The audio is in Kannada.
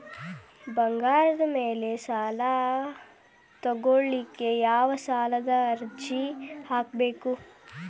ಬಂಗಾರದ ಮ್ಯಾಲೆ ಸಾಲಾ ತಗೋಳಿಕ್ಕೆ ಯಾವ ಸಾಲದ ಅರ್ಜಿ ಹಾಕ್ಬೇಕು?